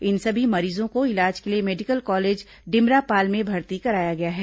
इन सभी मरीजों को इलाज के लिए मेडिकल कॉलेज डिमरापाल में भर्ती कराया गया है